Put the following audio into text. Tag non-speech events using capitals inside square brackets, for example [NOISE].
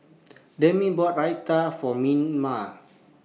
Damien bought Raita For [UNINTELLIGIBLE]